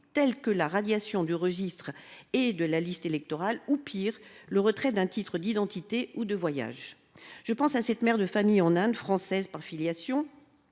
telles que la radiation du registre et de la liste électorale, ou, pis encore, le retrait d’un titre d’identité ou de voyage. Je pense à cette mère de famille en Inde, française par filiation,